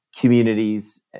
communities